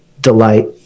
delight